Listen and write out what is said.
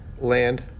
land